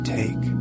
take